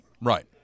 Right